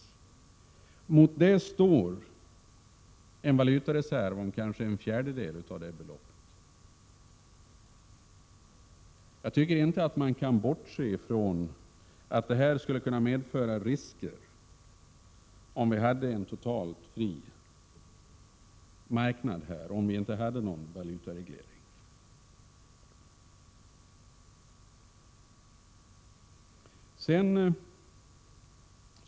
Mot detta står en valutareserv om kanske en fjärdedel av det beloppet. Jag tycker inte att man kan bortse från att det skulle kunna medföra risker, om vi hade en totalt fri marknad och inte hade någon valutareglering.